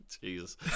Jesus